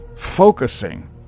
Focusing